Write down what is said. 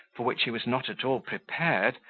for which he was not at all prepared,